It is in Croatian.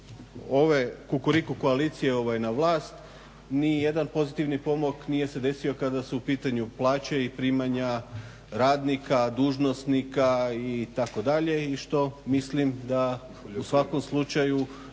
ove kukuriku koalicije na vlast nijedan pozitivni pomak se nije desio kada su u pitanju plaće i primanja radnika, dužnosnika itd. i što mislim da u svakom slučaju